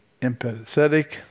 empathetic